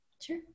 Sure